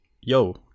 yo